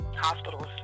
hospitals